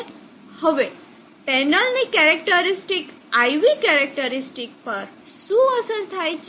હવે પેનલની characteristic IV characteristic પર શું અસર થાય છે